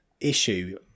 issue